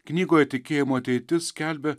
knygoje tikėjimo ateitis skelbia